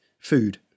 Food